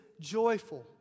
joyful